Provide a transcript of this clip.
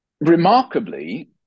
Remarkably